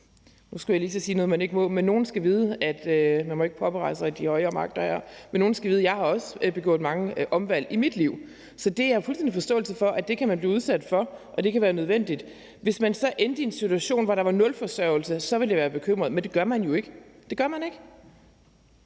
nu skulle jeg lige til at sige noget, man ikke må, for man må jo ikke påberåbe sig de højere magter her – nogen skal vide, at jeg også har foretaget mange omvalg i mit liv, så jeg har fuld forståelse for, at det kan man blive udsat for kan være nødvendigt. Men hvis man endte i en situation, hvor der var nul forsørgelse, ville jeg være bekymret. Men det gør man jo ikke – det gør man ikke.